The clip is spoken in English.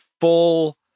full